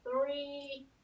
three